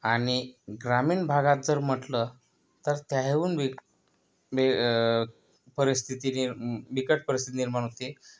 आणि ग्रामीण भागात जर म्हटलं तर त्याहून बे परिस्थिती निर बिकट परिस्थिती निर्माण होते